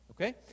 Okay